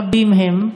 רבים הם,